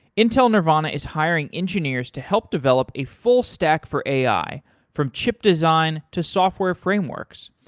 intel nervana is hiring engineers to help develop a full stack for ai from chip design to software frameworks.